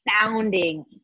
sounding